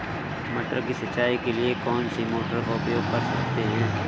मटर की सिंचाई के लिए कौन सी मोटर का उपयोग कर सकते हैं?